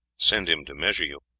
send him to measure you.